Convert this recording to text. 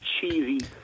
cheesy